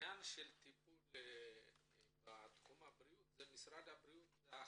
שעניין הטיפול בתחום הבריאות זה באחריות משרד הבריאות,